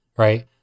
right